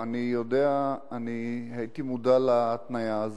הייתי מודע להתניה הזאת.